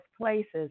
places